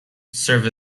serve